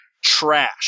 trash